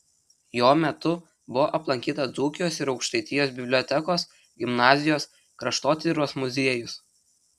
jo metu buvo aplankyta dzūkijos ir aukštaitijos bibliotekos gimnazijos kraštotyros muziejus